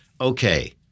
okay